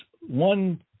one